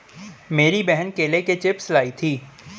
मेरी बहन केले के चिप्स लाई थी